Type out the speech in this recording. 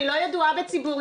אני לא ידועה בציבור,